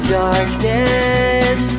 darkness